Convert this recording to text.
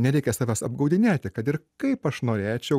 nereikia savęs apgaudinėti kad ir kaip aš norėčiau